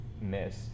miss